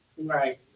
Right